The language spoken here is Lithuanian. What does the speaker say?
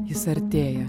jis artėja